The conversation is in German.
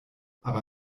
aber